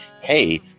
Hey